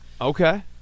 Okay